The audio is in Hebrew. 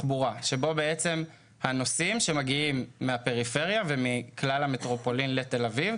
תחבורה שבו בעצם הנוסעים שמגיעים מהפריפריה ומכלל המטרופולין לתל אביב,